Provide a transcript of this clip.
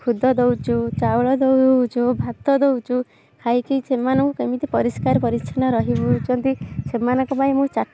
ଖୁଦ ଦେଉଛୁ ଚାଉଳ ଦେଉଛୁ ଭାତ ଦେଉଛୁ ଖାଇକି ସେମାନଙ୍କୁ କେମିତି ପରିଷ୍କାର ପରିଚ୍ଛନ୍ନ ରହୁଛନ୍ତି ସେମାନଙ୍କ ପାଇଁ ମୁଁ